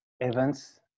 events